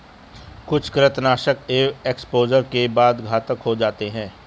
कुछ कृंतकनाशक एक एक्सपोजर के बाद घातक हो जाते है